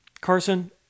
Carson